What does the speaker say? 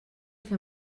fer